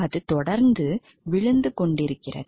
அது தொடர்ந்து விழுந்து கொண்டிருக்கிறது